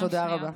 תודה רבה.